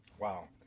Wow